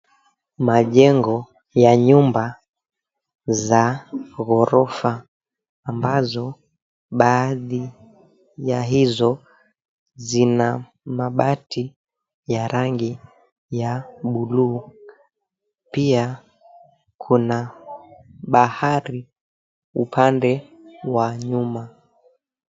Majengo ya nyumba za ghorofa ambazo baadhi ya hizo zina mabati ya rangi ya buluu. Pia kuna bahari upande wa nyuma.